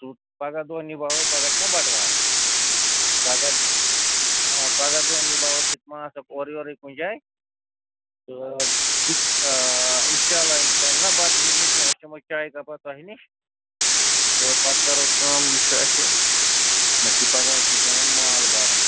سُہ پگاہ دۄہ نِباوَو پَگاہ چھِ نہ بَٹہٕ وار پگاہ آ پگاہ دۄہ نِباوو ژٕ تہِ ما آسکھ اورٕ یورَے کُنہِ جایہِ تہٕ اِنشاء اللہ اِنشاء اللہ نہ بَتہٕ وِزِ نہٕ کیٚنٛہہ أسۍ چھِمو چاے کَپا تۄہہِ نِش تہٕ پَتہٕ کَرو کٲم یہِ چھُ اَسہِ مےٚ چھُ پَگاہ أکِس جایَن مال بَرُن